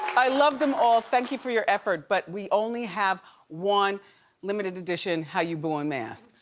i love them all, thank you for your effort, but we only have one limited edition how you booin' mask.